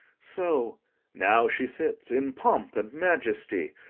so now she sits in pomp and majesty,